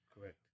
Correct